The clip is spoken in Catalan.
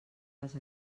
les